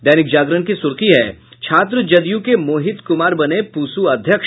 दैनिक जागरण की सुर्खी है छात्र जदयू के मोहित कुमार बने पूसू अध्यक्ष